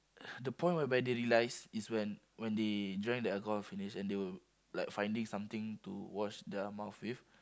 the point whereby they realize is when when they drank the alcohol finish and they were like finding something to wash their mouth with